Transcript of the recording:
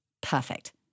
Perfect